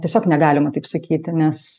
tiesiog negalima taip sakyti nes